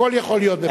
הכול יכול להיות.